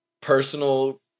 personal